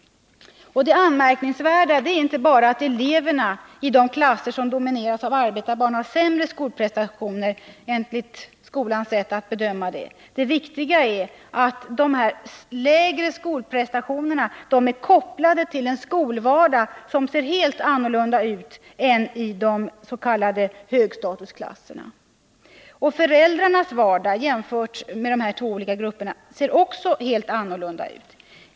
Det anmärkningsvärda är inte bara att eleverna i de klasser som domineras av arbetarbarn enligt skolans sätt att bedöma gör sämre skolprestationer. Det viktiga är att de sämre skolprestationerna är kopplade till en skolvardag som ser helt annorlunda ut än den i de s.k. högstatusklasserna. Föräldrarnas vardag ser också helt annorlunda ut.